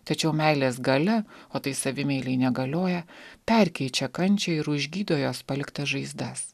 tačiau meilės galia o tai savimeilei negalioja perkeičia kančią ir užgydo jos paliktas žaizdas